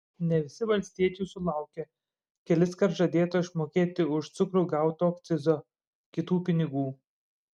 ne visi valstiečiai sulaukė keliskart žadėto išmokėti už cukrų gauto akcizo kitų pinigų